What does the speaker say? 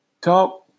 Talk